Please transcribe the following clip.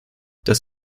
dass